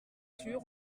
sûr